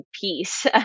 peace